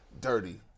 Dirty